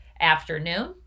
afternoon